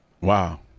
Wow